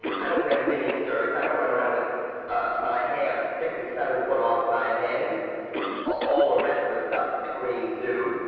i don't wear mini-skirts. i don't run around with my hair sticking seven foot off my head and all the rest of the stuff that the queens do.